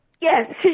Yes